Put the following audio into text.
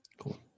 Cool